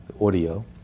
audio